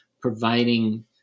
providing